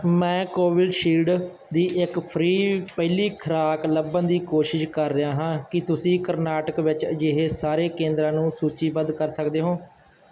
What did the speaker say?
ਮੈਂ ਕੋਵਿਸ਼ਿਲਡ ਦੀ ਇੱਕ ਫ੍ਰੀ ਪਹਿਲੀ ਖੁਰਾਕ ਲੱਭਣ ਦੀ ਕੋਸ਼ਿਸ਼ ਕਰ ਰਿਹਾ ਹਾਂ ਕਿ ਤੁਸੀਂ ਕਰਨਾਟਕ ਵਿੱਚ ਅਜਿਹੇ ਸਾਰੇ ਕੇਂਦਰਾਂ ਨੂੰ ਸੂਚੀਬੱਧ ਕਰ ਸਕਦੇ ਹੋ